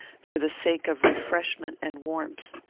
for the sake of refreshment and warmth.